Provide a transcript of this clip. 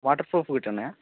water proof కూడా ఉన్నాయా